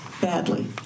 badly